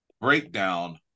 breakdown